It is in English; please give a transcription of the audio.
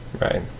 Right